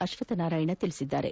ಅಶ್ವಥ್ ನಾರಾಯಣ ಹೇಳಿದ್ದಾರೆ